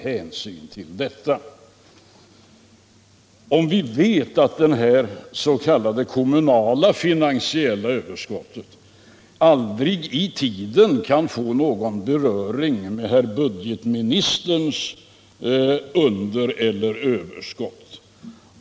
Vi vet att det här s.k. kommunala finansiella överskottet aldrig i tiden kan få någon beröring med herr budgetministerns undereller överskott.